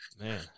Man